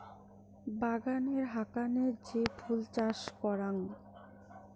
বাগানের হাকানে যে ফুল চাষ করাং